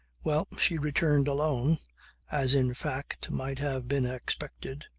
well, she returned alone as in fact might have been expected.